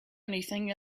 anything